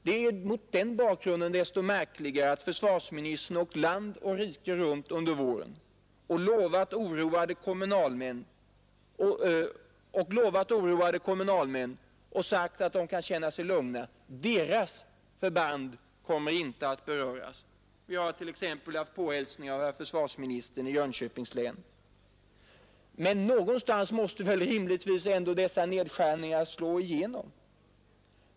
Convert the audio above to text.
Det är emot den bakgrunden desto märkligare att försvarsministern åkt land och rike runt under våren och lovat oroade kommunalmän att de kan känna sig lugna — deras förband kommer inte att beröras. Vi har t.ex. i detta syfte haft påhälsning av herr försvarsministern i Jönköpings län. Någonstans måste väl rimligtvis ändå dessa nedskärningar slå igenom?